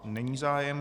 Není zájem.